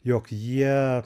jog jie